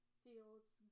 fields